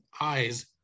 eyes